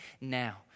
now